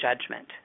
judgment